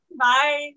Bye